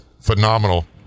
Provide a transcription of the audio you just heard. phenomenal